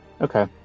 Okay